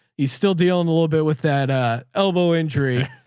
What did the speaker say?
he's still dealing a little bit with that ah elbow injury.